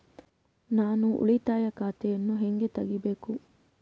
ನಾನು ಉಳಿತಾಯ ಖಾತೆಯನ್ನು ಹೆಂಗ್ ತಗಿಬೇಕು?